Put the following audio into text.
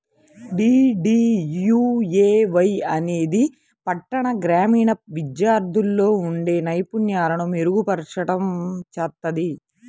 DDUAY అనేది పట్టణ, గ్రామీణ విద్యార్థుల్లో ఉండే నైపుణ్యాలను మెరుగుపర్చడం చేత్తది